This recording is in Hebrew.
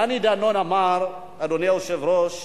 דני דנון אמר, אדוני היושב-ראש,